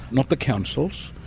not the councils,